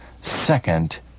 second